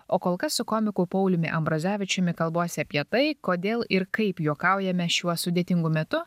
o kol kas su komiku pauliumi ambrazevičiumi kalbuosi apie tai kodėl ir kaip juokaujame šiuo sudėtingu metu